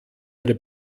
ihre